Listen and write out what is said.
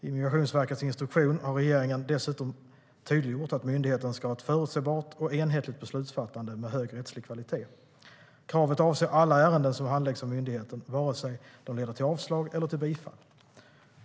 I Migrationsverkets instruktion har regeringen dessutom tydliggjort att myndigheten ska ha ett förutsebart och enhetligt beslutsfattande med hög rättslig kvalitet. Kravet avser alla ärenden som handläggs av myndigheten, vare sig de leder till avslag eller till bifall.